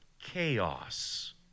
chaos